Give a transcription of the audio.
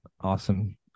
awesome